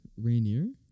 Rainier